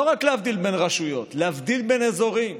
לא רק להבדיל בין רשויות, להבדיל בין אזורים.